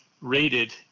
rated